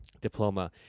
Diploma